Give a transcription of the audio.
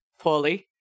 poorly